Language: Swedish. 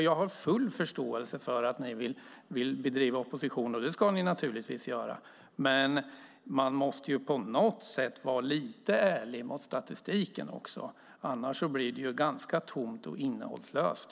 Jag har full förståelse för att ni vill bedriva opposition - det ska ni naturligtvis göra - men man måste på något sätt vara lite ärlig mot statistiken. Annars blir det ganska tomt och innehållslöst.